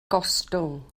gostwng